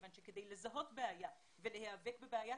כיוון שכדי לזהות בעיה ולהיאבק בבעיה,